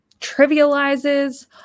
trivializes